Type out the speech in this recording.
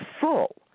full